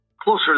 Closer